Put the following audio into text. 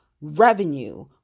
revenue